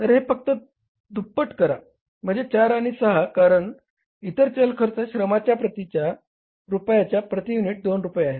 तर हे फक्त दुप्पट करा म्हणजे 4 आणि 6 कारण इतर चल खर्च श्रमाच्या प्रति रुपयाच्या युनिटसाठी 2 रुपये आहेत